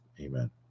Amen